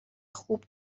خوب